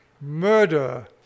murder